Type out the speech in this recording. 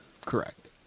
Correct